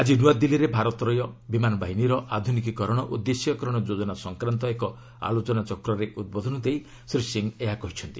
ଆଜି ନୂଆଦିଲ୍ଲୀରେ ଭାରତୀୟ ବିମାନ ବାହିନୀର ଆଧୁନିକୀକରଣ ଓ ଦେଶୀୟକରଣ ଯୋଜନା ସଂକ୍ରାନ୍ତ ଏକ ଆଲୋଚନାଚକ୍ରରେ ଉଦ୍ବୋଧନ ଦେଇ ଶ୍ରୀ ସିଂ ଏହା କହିଛନ୍ତି